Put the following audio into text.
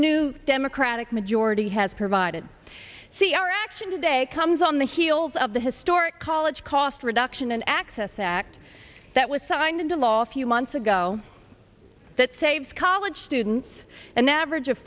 new democratic majority has provided see our action today comes on the heels of the historic college cost reduction and access act that was signed into law a few months ago that saves college students and the average of